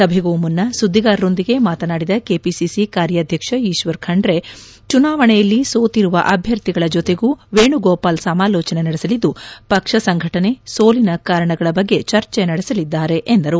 ಸಭೆಗೂ ಮುನ್ನಾ ಸುದ್ದಿಗಾರರೊಂದಿಗೆ ಮಾತನಾಡಿದ ಕೆಪಿಸಿಸಿ ಕಾರ್ಯಾಧ್ಯಕ್ಷ ಈಶ್ವರ್ ಖಂಡ್ರೆ ಚುನಾವಣೆಯಲ್ಲಿ ಸೋತಿರುವ ಅಭ್ಯರ್ಥಿಗಳ ಜೊತೆಗೂ ವೇಣುಗೋಪಾಲ್ ಸಮಾಲೋಚನೆ ನಡೆಸಲಿದ್ದು ಪಕ್ಷ ಸಂಘಟನೆ ಸೋಲಿನ ಕಾರಣಗಳ ಬಗ್ಗೆ ಚರ್ಚೆ ನಡೆಸಲಿದ್ದಾರೆ ಎಂದರು